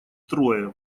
трое